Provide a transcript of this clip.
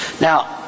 Now